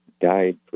died